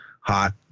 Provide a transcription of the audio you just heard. hot